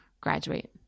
graduate